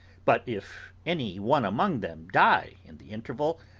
but if any one among them die in the interval,